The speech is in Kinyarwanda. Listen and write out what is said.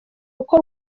uko